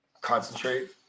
concentrate